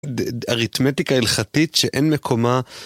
אריתמטיקה הלכתית שאין מקומה.